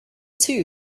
too